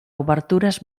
obertures